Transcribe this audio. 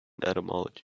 etymology